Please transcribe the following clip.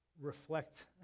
reflect